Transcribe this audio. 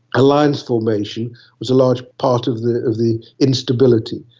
alliance formation was a large part of the of the instability,